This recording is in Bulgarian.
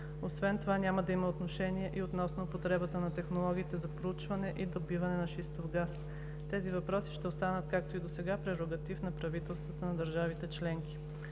Освен това няма да има отношение и относно употребата на технологиите за проучване и добив на шистов газ. Тези въпроси ще останат, както и до сега, прерогатив на правителствата на държавите членки.